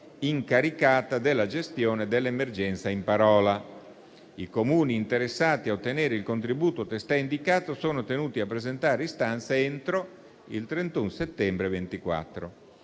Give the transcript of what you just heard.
incaricata della gestione dell'emergenza in parola. I Comuni interessati a ottenere il contributo testé indicato sono tenuti a presentare istanza entro il 31 settembre 2024.